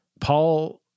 Paul